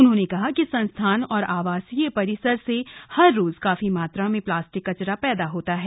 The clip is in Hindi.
उन्होंने कहा कि संस्थान और आवासीय परिसर से हर रोज काफी मात्रा में प्लास्टिक कचरा पैदा होता है